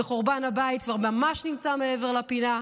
וחורבן הבית כבר ממש נמצא מעבר לפינה,